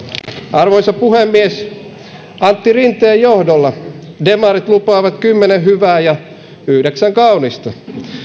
arvoisa puhemies antti rinteen johdolla demarit lupaavat kymmenen hyvää ja yhdeksän kaunista